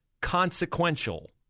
consequential